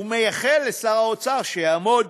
ומאחל לשר האוצר שיעמוד